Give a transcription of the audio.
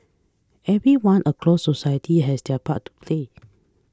everyone across society has their part to play